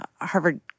Harvard